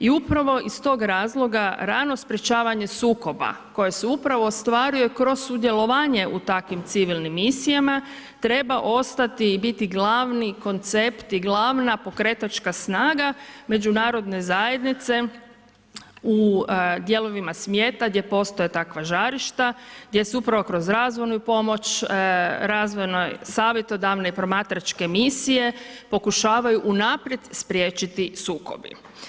I upravo iz tog razloga rano sprečavanje sukoba koje se upravo ostvaruje kroz sudjelovanje u takvim civilnim misijama treba ostati i biti glavni koncept i glavna pokretačka snaga međunarodne zajednice u dijelovima svijeta gdje postoje takva žarišta, gdje se upravo kroz razvojnu pomoć, razvojno-savjetodavne promatračke misije pokušavaju unaprijed spriječiti sukobi.